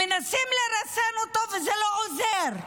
מנסים לרסן אותו וזה לא עוזר.